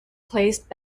placed